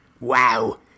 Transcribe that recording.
Wow